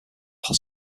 how